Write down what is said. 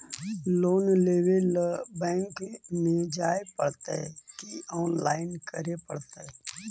Loan लेवे ल bank में जाय पड़तै कि औनलाइन करे पड़तै?